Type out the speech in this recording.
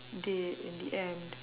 did in the end